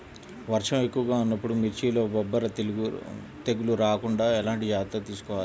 వర్షం ఎక్కువగా ఉన్నప్పుడు మిర్చిలో బొబ్బర తెగులు రాకుండా ఎలాంటి జాగ్రత్తలు తీసుకోవాలి?